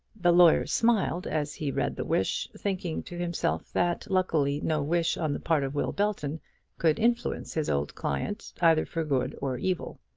the lawyer smiled as he read the wish, thinking to himself that luckily no wish on the part of will belton could influence his old client either for good or evil.